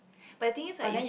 but I think it's like you